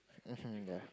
[um hm] ya